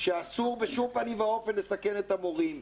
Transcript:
שאסור בשום פנים ואופן לסכן את המורים.